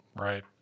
Right